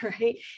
right